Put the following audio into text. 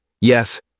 Yes